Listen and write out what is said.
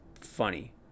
funny